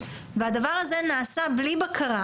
והדבר הזה נעשה בלי בקרה.